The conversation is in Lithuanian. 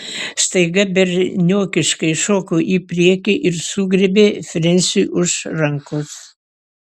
staiga berniokiškai šoko į priekį ir sugriebė frensiui už rankos